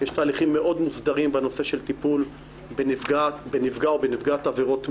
יש תהליכים מאוד מוסדרים בנושא של טיפול בנפגע או בנפגעת עבירות מין.